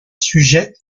sujette